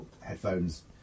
headphones